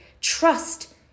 Trust